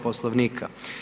Poslovnika.